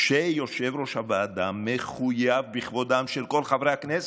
כשיושב-ראש הוועדה מחויב בכבודם של כל חברי הכנסת.